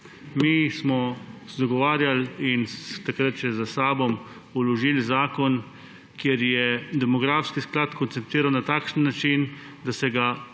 Mi smo zagovarjali in takrat še s SAB vložili zakon, kjer se je demografski sklad koncentriral na takšen način, da se ga